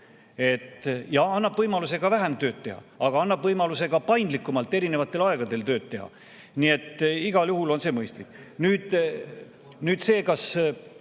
See annab võimaluse ka vähem tööd teha, aga annab võimaluse paindlikumalt erinevatel aegadel tööd teha. Nii et igal juhul on see mõistlik. Nüüd see, kas